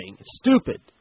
stupid